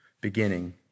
beginning